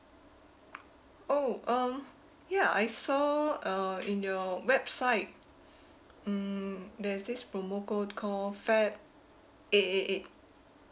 oh um ya I saw uh in your website hmm there's this promo code called february eight eight eight